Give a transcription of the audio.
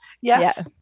Yes